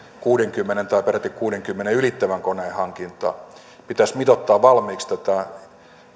kuudenkymmenen tai peräti kuudenkymmenen ylittävän koneen hankintaan pitäisi mitoittaa valmiiksi tätä